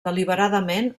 deliberadament